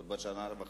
בעוד שנה וחצי,